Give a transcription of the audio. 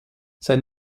sein